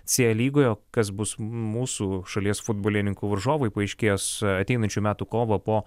c lygoje o kas bus mūsų šalies futbolininkų varžovai paaiškės ateinančių metų kovą po